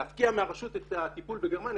להפקיע מהרשות את הטיפול בגרמניה,